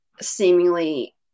seemingly